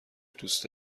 دوست